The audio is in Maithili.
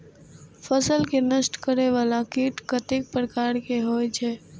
फसल के नष्ट करें वाला कीट कतेक प्रकार के होई छै?